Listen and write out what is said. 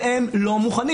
והם לא מוכנים.